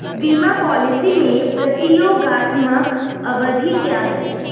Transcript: बीमा पॉलिसी में प्रतियोगात्मक अवधि क्या है?